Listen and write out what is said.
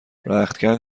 رختکن